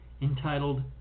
entitled